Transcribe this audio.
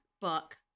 book